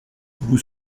vous